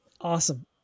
Awesome